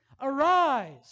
Arise